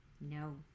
No